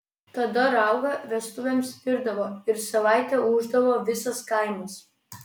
tada raugą vestuvėms virdavo ir savaitę ūždavo visas kaimas